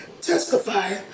testify